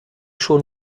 schon